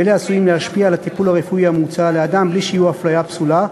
ואלה עשויים להשפיע על הטיפול הרפואי המוצע לאדם בלי שיהיו אפליה פסולה.